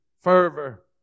fervor